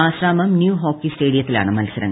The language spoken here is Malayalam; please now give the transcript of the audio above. ആശ്രാമം ന്യൂ ഹോക്കി സ്റ്റേഡിയത്തിലാണ് മത്സരങ്ങൾ